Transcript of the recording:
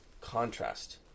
contrast